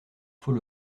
faut